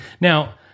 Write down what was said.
Now